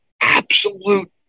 absolute